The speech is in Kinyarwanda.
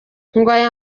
aya